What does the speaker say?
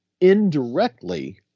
indirectly